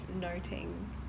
noting